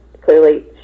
Clearly